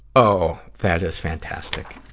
oh, that is fantastic!